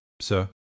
sir